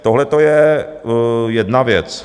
Tohleto je jedna věc.